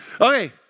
Okay